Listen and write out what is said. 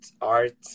art